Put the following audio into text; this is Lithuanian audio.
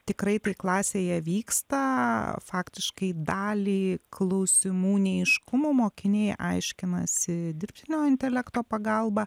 tikrai tai klasėje vyksta faktiškai dalį klausimų neaiškumų mokiniai aiškinasi dirbtinio intelekto pagalba